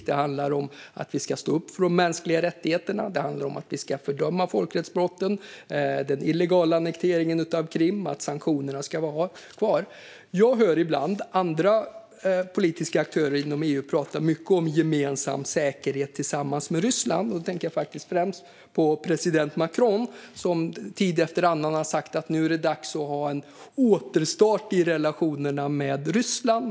Det handlar om att vi ska stå upp för de mänskliga rättigheterna, att vi ska fördöma folkrättsbrotten och den illegala annekteringen av Krim och att sanktionerna ska vara kvar. Jag hör ibland andra politiska aktörer inom EU prata mycket om gemensam säkerhet tillsammans med Ryssland. Då tänker jag faktiskt främst på president Macron, som tid efter annan har sagt att nu är det dags för en återstart i relationerna med Ryssland.